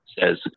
says